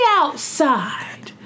outside